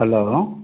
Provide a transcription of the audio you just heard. hello